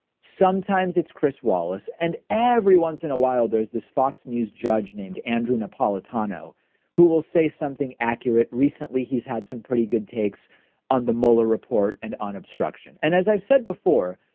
sometimes it's chris wallace. and every once in a while there's this fox news judge named andrew nepal a tano who will say something accurate. recently, he's had some pretty good takes on the molar report and on obstruction. and as i've said before,